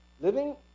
Living